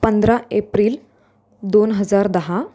पंधरा एप्रिल दोन हजार दहा